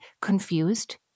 confused